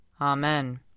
Amen